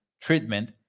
treatment